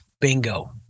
bingo